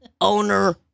owner